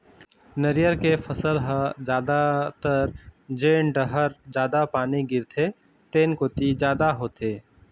नरियर के फसल ह जादातर जेन डहर जादा पानी गिरथे तेन कोती जादा होथे